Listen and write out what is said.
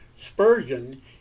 Spurgeon